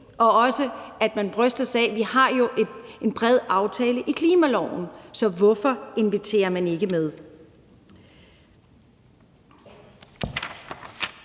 jo også af, at vi har en bred aftale i klimaloven. Så hvorfor inviterer man ikke med?